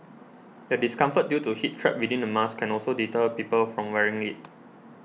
the discomfort due to heat trapped within the mask can also deter people from wearing it